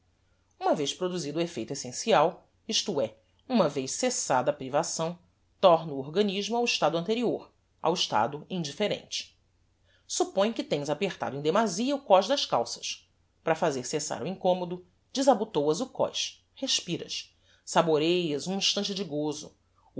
uma vez produzido o effeito essencial isto é uma vez cessada a privação torna o organismo ao estado anterior ao estado indifferente suppõe que tens apertado em demasia o cós das calças para fazer cessar o incommodo desabotôas o cós respiras saboreas um instante de gozo